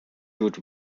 good